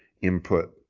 input